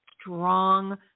strong